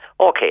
okay